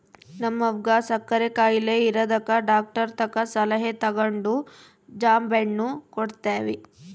ನಮ್ವಗ ಸಕ್ಕರೆ ಖಾಯಿಲೆ ಇರದಕ ಡಾಕ್ಟರತಕ ಸಲಹೆ ತಗಂಡು ಜಾಂಬೆಣ್ಣು ಕೊಡ್ತವಿ